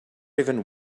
even